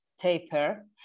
taper